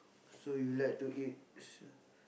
so you like to eat s~